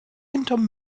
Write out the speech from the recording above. hinterm